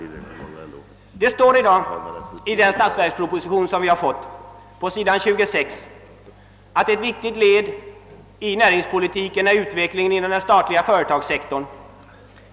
I den finansplan som nu ligger på riksdagens bord står det på sidan 26: »Ett viktigt inslag i näringspolitiken är utvecklingen inom den statliga företagssektorn.